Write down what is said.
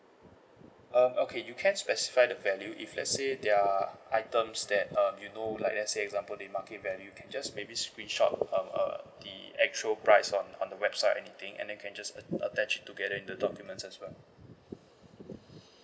uh okay you can specify the value if let's say there're items that um you know like let's say example the market value can just maybe screenshot um the actual price on on the website anything and then you can just at~ attach together in the documents as well